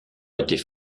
étaient